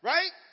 Right